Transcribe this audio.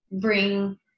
bring